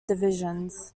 divisions